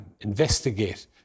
investigate